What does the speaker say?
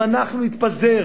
אם אנחנו נתפזר,